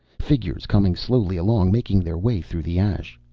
figures coming slowly along, making their way through the ash.